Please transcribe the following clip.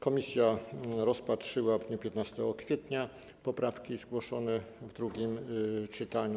Komisja rozpatrzyła w dniu 15 kwietnia poprawki zgłoszone w drugim czytaniu.